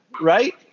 right